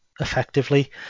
effectively